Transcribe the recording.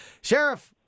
Sheriff